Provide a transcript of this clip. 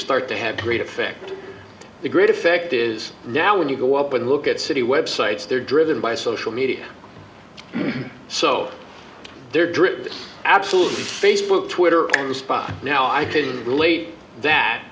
start to have great effect the great effect is now when you go up and look at city websites they're driven by social media so they're driven absolute facebook twitter and spot now i can relate that